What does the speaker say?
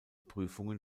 prüfungen